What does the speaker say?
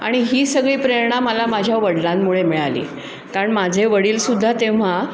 आणि ही सगळी प्रेरणा मला माझ्या वडिलांमुळे मिळाली कारण माझे वडीलसुद्धा तेव्हा